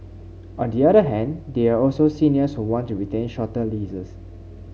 on the other hand there are also seniors who want to retain shorter leases